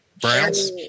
Browns